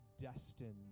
Destined